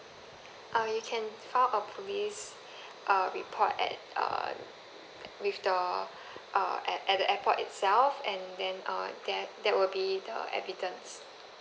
uh you can file a police uh report at err with the uh at at the airport itself and then uh that that will be the evidence